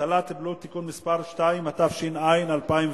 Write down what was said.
(הטלת בלו) (תיקון מס' 2), התש"ע 2010,